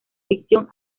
ficción